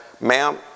ma'am